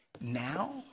now